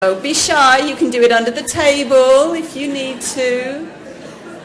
So be shy, you can do it under the table, if you need to.